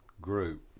group